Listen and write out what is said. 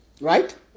Right